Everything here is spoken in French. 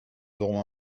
aurons